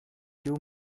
you